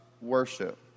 worship